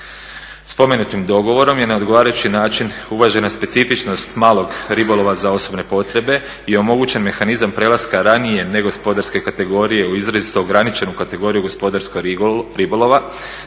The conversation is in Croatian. Spomenutim dogovorom je na odgovarajući način uvažena specifičnost malog ribolova za osobne potrebe i omogućen mehanizam prelaska ranije negospodarske kategorije u izrazito ograničenu kategoriju gospodarskog ribolova